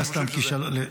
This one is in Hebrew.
זה לא היה סתם כישלון.